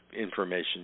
information